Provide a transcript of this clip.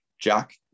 Jack